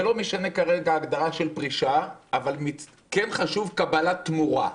ולא משנה כרגע מהי ההגדרה של פרישה אבל כן חשוב המושג של קבלת תרומה,